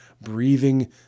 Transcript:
breathing